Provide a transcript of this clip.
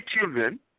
children